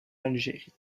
algérie